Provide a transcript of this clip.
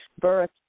birth